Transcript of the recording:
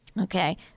okay